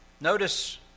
Notice